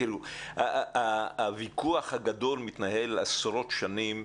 תראו, הוויכוח הגדול מתנהל עשרות שנים: